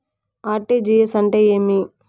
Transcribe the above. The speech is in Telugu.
ఆర్.టి.జి.ఎస్ అంటే ఏమి